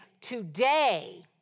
today